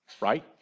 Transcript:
right